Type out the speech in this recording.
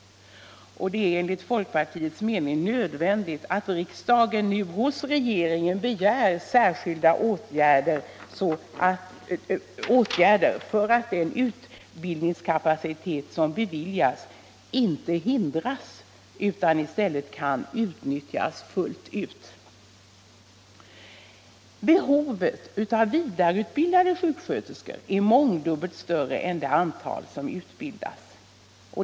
Det är enligt folkpartiets mening nödvändigt att riksdagen nu hos regeringen begär särskilda åtgärder så att den utbildningskapacitet som beviljas kan utnyttjas fullt ut. Men behovet av vidareutbildade sjuksköterskor är mångdubbelt större än det antal som utbildas.